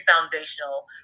foundational